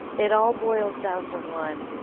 it all boils down to one.